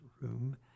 Room